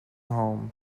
home